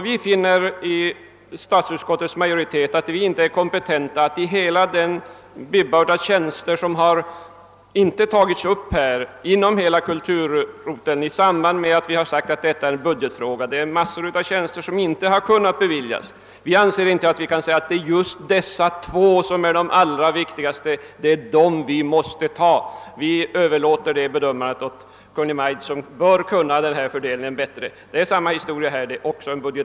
Vi inom utskottsmajoriteten anser oss inte vara kompetenta att plocka ut några tjänster ur hela den binge av tjänster som föreslagits på kulturområdet. Vi har framhållit att även detta är en budgetfråga, och det är en massa av de föreslagna tjänsterna som inte kunnat beviljas. Vi anser oss inte kunna säga att just dessa två tjänster är de allra viktigaste och att det är dessa som bör tillsättas. Vi överlåter den bedömningen till Kungl. Maj:t, som bör ha större möjligheter att ta ställning till denna budgettekniska fråga.